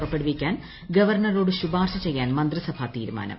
പുറപ്പെടുവിക്കാൻ ഗവ്ർണ്ണറോട് ശുപാർശ ചെയ്യാൻ മന്ത്രിസഭാ തീരുമാന്നും